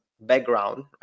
background